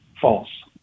false